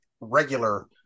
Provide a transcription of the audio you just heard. regular